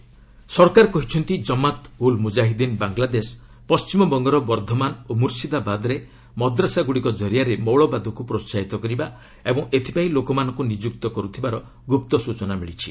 Lok Sabha ready ସରକାର କହିଛନ୍ତି ଜମାତ୍ ଉଲ୍ ମୁଜାହିଦ୍ଧିନ୍ ବାଂଲାଦେଶ ପଣ୍ଟିମବଙ୍ଗର ବର୍ଦ୍ଧମାନ ଓ ମୁର୍ସିଦାବାଦରେ ମଦ୍ରାସାଗୁଡ଼ିକ କରିଆରେ ମୌଳବାଦକୁ ପ୍ରୋହାହିତ କରିବା ଓ ଏଥିପାଇଁ ଲୋକମାନଙ୍କୁ ନିଯୁକ୍ତ କରୁଥିବାର ଗୁପ୍ତ ସୂଚନା ମିଳିଛି